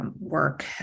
work